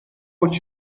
would